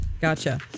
gotcha